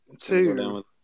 Two